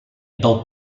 del